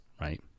right